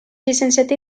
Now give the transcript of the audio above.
llicenciat